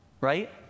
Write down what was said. right